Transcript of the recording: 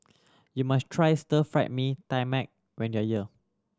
you must try Stir Fried Mee Tai Mak when you are here